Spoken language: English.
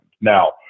Now